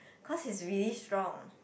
cause he's really strong